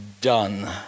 done